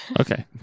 Okay